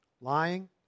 Lying